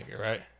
right